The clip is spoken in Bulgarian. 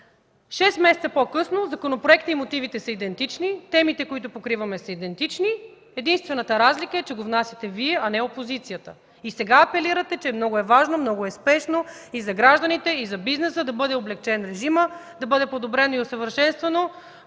Шест месеца по-късно законопроектът и мотивите са идентични, темите, които покриваме, са идентични. Единствената разлика е, че го внасяте Вие, а не опозицията и сега апелирате, че е много важно, много спешно, и за гражданите, и за бизнеса да бъде облекчен режимът, да бъде подобрено и усъвършенствано